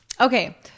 Okay